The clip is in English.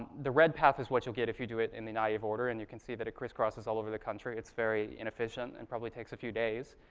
the red path is what you'll get if you do it in the naive order, and you can see that it crisscrosses all over the country. it's very inefficient and probably takes a few days.